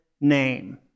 name